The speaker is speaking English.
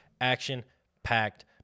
Action-packed